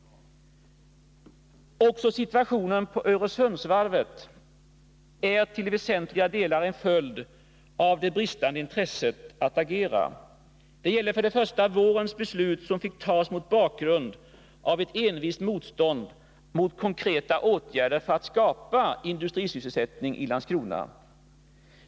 Också situationen för Öresundsvarvet är till väsentliga delar en följd av det bristande intresset att agera. Det gäller först och främst vårens beslut, som fick tas mot bakgrund av ett envist motstånd mot konkreta åtgärder för att skapa industris sselsättning i Landskrona.